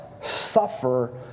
suffer